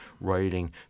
writing